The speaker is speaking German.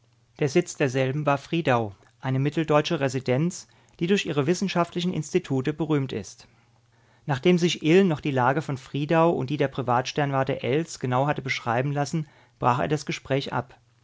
der sitz derselben war friedau eine mitteldeutsche residenz die durch ihre wissenschaftlichen institute berühmt ist nachdem sich ill noch die lage von friedau und die der privatsternwarte ells genau hatte beschreiben lassen brach er das gespräch ab